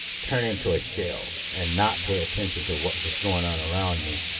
turn into a shell and not pay attention to what was going on around me